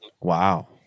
Wow